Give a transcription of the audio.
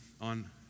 on